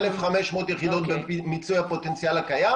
1,500 יחידות ממיצוי הפוטנציאל הקיים